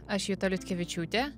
aš juta liutkevičiūtė